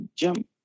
jump